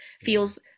feels